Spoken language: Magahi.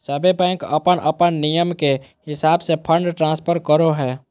सभे बैंक अपन अपन नियम के हिसाब से फंड ट्रांस्फर करो हय